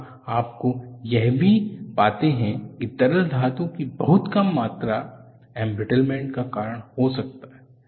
यहां आपको यह भी पाते हैं कि तरल धातु की बहुत कम मात्रा एंब्रिटलमेंट का कारण हो सकता है